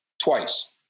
twice